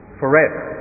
forever